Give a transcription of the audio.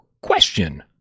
question